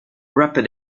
wrapped